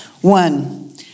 One